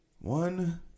One